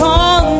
on